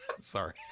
Sorry